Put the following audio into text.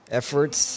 efforts